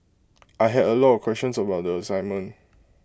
I had A lot of questions about the assignment